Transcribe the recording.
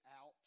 out